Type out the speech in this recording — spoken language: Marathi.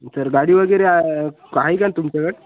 सर गाडी वगैरे आ आहे का तुमच्याकडे